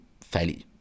fairly